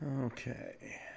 Okay